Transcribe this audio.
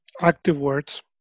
ActiveWords